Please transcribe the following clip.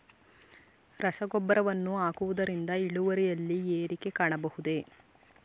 ರಸಗೊಬ್ಬರವನ್ನು ಹಾಕುವುದರಿಂದ ಇಳುವರಿಯಲ್ಲಿ ಏರಿಕೆ ಕಾಣಬಹುದೇ?